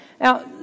Now